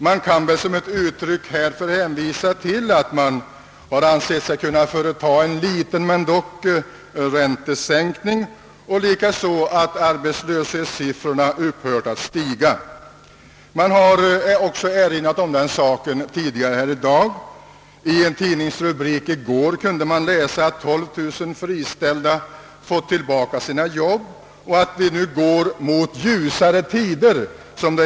Man kan som ett uttryck härför hänvisa till att man ansett sig kunna företa en liten men dock räntesänkning och likaså att arbetslöshetssiffrorna upphört att stiga. Herr Brandt erinrade härom tidigare i dag. I en tidningsrubrik i går kunde man läsa att 12000 friställda fått tillbaka sina jobb och att vi nu går mot »ljusare tider».